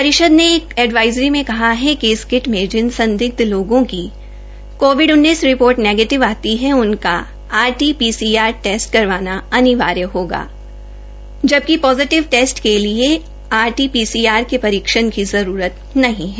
परिषद ने एक एडवाइज़री में कहा है कि इस किट मे जिन संदिग्ध लोगों की कोविड रिपोर्ट नेगीटिव आती है उनका आर टी पीसीआर टेस्ट करवाना अनिवार्य होगा जबकि पोजिटिव टेस्ट के लिए आर औ पीसीआर के परीक्षण की जरूरत नहीं है